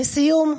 לסיום,